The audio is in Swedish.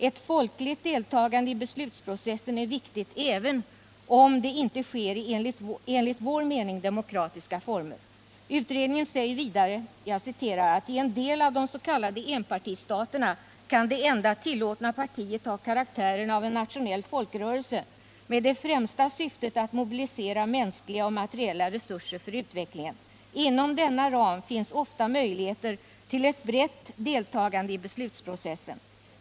Ett folkligt deltagande i beslutsprocessen är viktigt även om det inte sker i, enligt vår mening, demokratiska former. Utredningen säger vidare: ”I en del av des.k. enpartistaterna kan det enda tillåtna partiet ha karaktären av en nationell folkrörelse med det främsta syftet att mobilisera mänskliga och materiella resurser för utvecklingen. Inom denna ram finns ofta möjligheter till ett brett deltagande i beslutsprocessen.